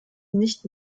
nicht